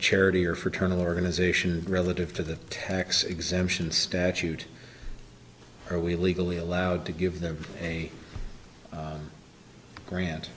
charity or fraternal organization relative to the tax exemption statute are we legally allowed to give them a grant